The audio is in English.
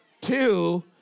two